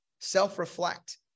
Self-reflect